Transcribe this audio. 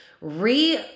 re